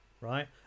right